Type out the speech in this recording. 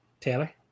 Taylor